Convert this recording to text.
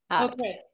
Okay